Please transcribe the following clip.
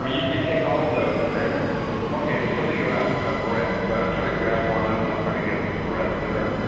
ah you you take all of those and say okay, there's something about a breadth. so i don't try to grab one and like ah to get the breadth there.